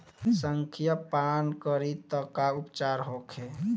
संखिया पान करी त का उपचार होखे?